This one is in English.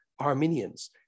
Armenians